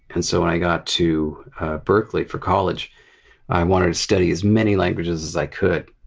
and so when i got to berkeley for college i wanted to study as many languages as i could.